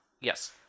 Yes